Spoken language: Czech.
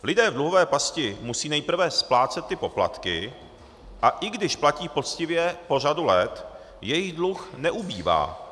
Lidé v dluhové pasti musí nejprve splácet ty poplatky, a i když platí poctivě po řadu let, jejich dluh neubývá.